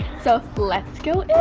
so let's go